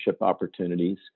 opportunities